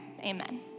Amen